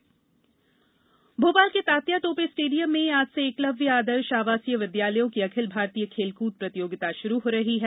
खेल प्रतियोगिताएं भोपाल के तात्या तोपे स्टेडियम में आज से एकलव्य आदर्श आवासीय विद्यालयों की अखिल भारतीय खेलकृद प्रतियोगिता शुरू हो रही है